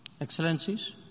Excellencies